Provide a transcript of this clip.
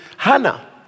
Hannah